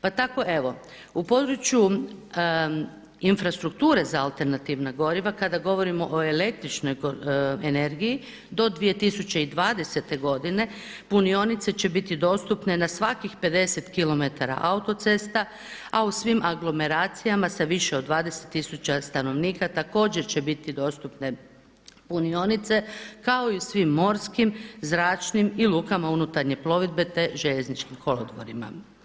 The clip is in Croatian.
Pa tako i evo u području infrastrukture za alternativna goriva, kad govorimo o električnoj energiji, do 2020. godine punionice će biti dostupne na svakih 50 km auto cesta, a u svim aglomeracijama sa više od 20 tisuća stanovnika također će biti dostupne punionice, kao i u svim morskim, zračnim i lukama unutarnje plovidbe te željezničkim kolodvorima.